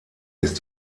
ist